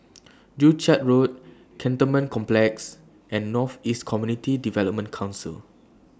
Joo Chiat Road Cantonment Complex and North East Community Development Council